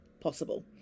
possible